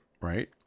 Right